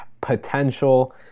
potential